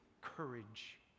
courage